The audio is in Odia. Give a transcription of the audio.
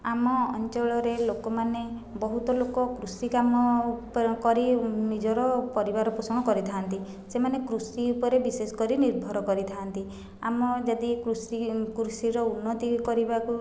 ଆମ ଅଞ୍ଚଳରେ ଲୋକମାନେ ବହୁତ ଲୋକ କୃଷି କାମ କରି ନିଜର ପରିବାର ପୋଷଣ କରିଥାନ୍ତି ସେମାନେ କୃଷି ଉପରେ ବିଶେଷ କରି ନିର୍ଭର କରିଥାନ୍ତି ଆମ ଯଦି କୃଷି କୃଷିର ଉନ୍ନତି କରିବାକୁ